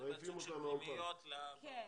השר להשכלה גבוהה ומשלימה זאב אלקין: